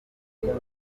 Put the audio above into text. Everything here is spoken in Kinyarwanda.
bibuke